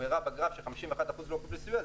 הוא הראה בגרף ש-51% לא קיבלו סיוע,